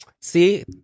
See